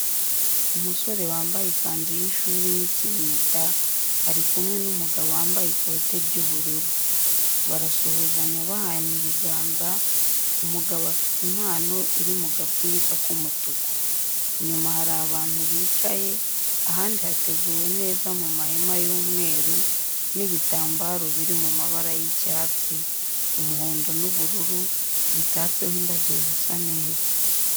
Umusore wambaye ikanzu y’ishuri n’ikinyita ari kumwe n’umugabo wambaye ikote ry’ubururu. Barasuhuzanya bahana ibiganza, umugabo afite impano iri mu gapfunyika k’umutuku. Inyuma hari abantu bicaye, ahantu hateguwe neza mu mahema y'umweru n'ibitambaro biri mu mabara y’icyatsi, umuhondo n’ubururu bitanseho indabyo zisa neza.